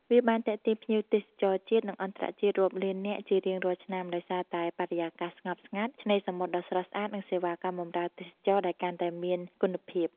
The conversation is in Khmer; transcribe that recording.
វាបានទាក់ទាញភ្ញៀវទេសចរជាតិ និងអន្តរជាតិរាប់លាននាក់ជារៀងរាល់ឆ្នាំ ដោយសារតែបរិយាកាសស្ងប់ស្ងាត់ ឆ្នេរសមុទ្រដ៏ស្រស់ស្អាត និងសេវាកម្មបម្រើទេសចរដែលកាន់តែមានគុណភាព។